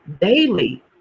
daily